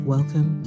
Welcome